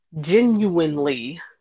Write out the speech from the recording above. genuinely